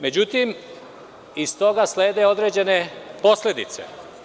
Međutim, iz toga slede određene posledice.